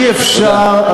אי-אפשר,